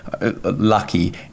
lucky